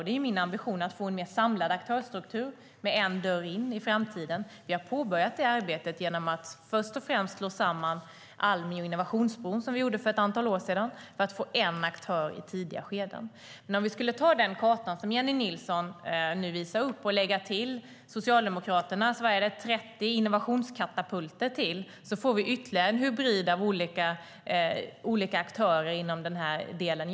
Det är min ambition att få en mer samlad aktörsstruktur med en dörr in i framtiden. Vi har påbörjat detta arbete genom att först och främst slå samman Almi och Innovationsbron, som vi gjorde för ett par år sedan, för att få en aktör i tidiga skeden. Om vi skulle ta den karta som Jennie Nilsson nu visade upp och lägga till Socialdemokraterna 30 - tror jag att det är - innovationskatapulter får vi ytterligare en hybrid av olika aktörer inom den här delen.